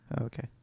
Okay